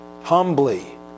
humbly